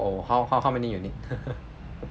!whoa! how how how many you need